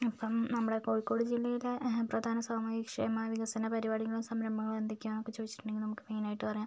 അപ്പം നമ്മുടെ കോഴിക്കോട് ജില്ലയിലെ പ്രധാന സാമൂഹ്യ ക്ഷേമ വികസന പരിപാടികളും സംരംഭങ്ങളും എന്തൊക്കെയാണെന്നൊക്കെ ചോദിച്ചിട്ടുണ്ടെങ്കിൽ നമുക്ക് മെയ്നായിട്ട് പറയാം